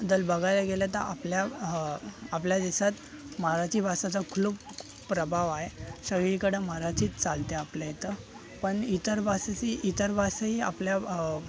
जर बघायला गेलं तर आपल्या आपल्या देशात मराठी भाषेचा खूप प्रभाव आहे सगळीकडं मराठीच चालते आपल्या इथं पण इतर भाषेशी इतर भाषाही आपल्या